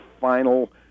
final